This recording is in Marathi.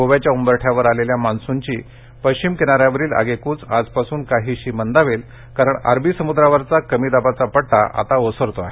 गोव्याच्या उंबरळ्यावर आलेल्या मान्सूनची पश्चिम किनाऱ्यावरील आगेकूच आजपासून काहीशी मंदावेल कारण अरबी समुद्रावरचा कमी दाबाचा पट्टा आता ओसरतो आहे